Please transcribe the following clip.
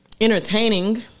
entertaining